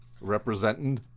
Representing